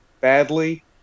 badly